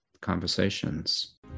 conversations